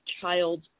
child